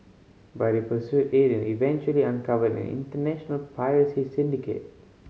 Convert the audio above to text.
but he pursued it and eventually uncovered an international piracy syndicate